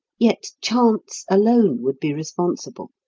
yet chance alone would be responsible.